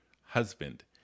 husband